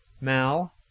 Mal